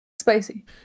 spicy